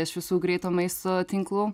iš visų greito maisto tinklų